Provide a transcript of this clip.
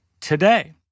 today